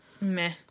Meh